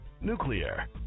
nuclear